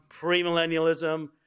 premillennialism